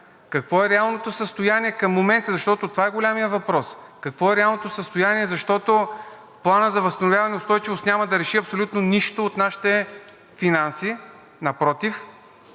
Какво е реалното състояние към момента, защото това е големият въпрос? Какво е реалното състояние, защото Планът за възстановяване и устойчивост няма да реши абсолютно нищо от нашите финанси, напротив,